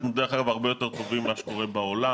דרך אגב, אנחנו הרבה יותר טובים ממה שקורה בעולם,